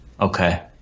Okay